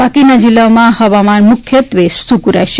બાકીના જિલ્લાઓમાં હવામાન મુખ્યત્વે સૂકું રહેશે